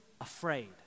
afraid